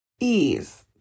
ease